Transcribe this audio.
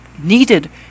needed